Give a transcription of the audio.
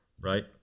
Right